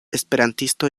esperantisto